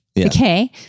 Okay